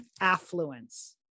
affluence